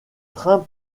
trains